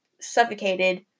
suffocated